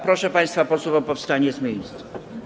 Proszę państwa posłów o powstanie z miejsc.